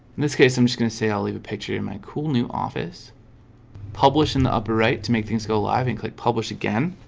this case, i'm just gonna say i'll leave a picture in my cool new office publish in the upper right to make things go live and click publish again